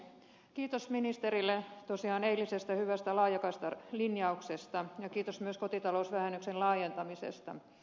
kiitos ministerille tosiaan eilisestä hyvästä laajakaistalinjauksesta ja kiitos myös kotitalousvähennyksen laajentamisesta